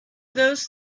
those